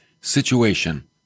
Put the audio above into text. situation